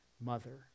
mother